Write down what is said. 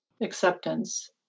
acceptance